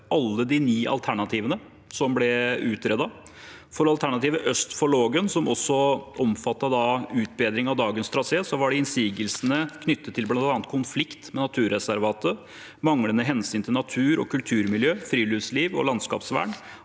alle de ni alternativene som ble utredet. For alternativet øst for Lågen, som også omfattet utbedring av dagens trasé, var innsigelsene knyttet til bl.a. konflikt med naturreservatet, manglende hensyn til natur- og kulturmiljø, friluftsliv og landskapsvern,